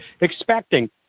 expecting